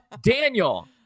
Daniel